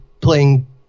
playing